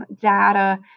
Data